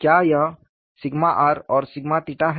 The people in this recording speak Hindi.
क्या यह r और है